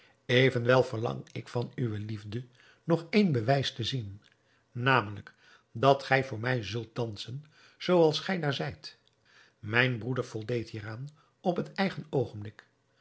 evenwel verlang ik van uwe liefde nog één bewijs te zien namelijk dat gij voor mij zult dansen zooals gij daar zijt mijn broeder voldeed hieraan op het eigen oogenblik